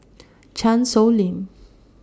Chan Sow Lin